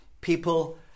people